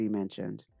mentioned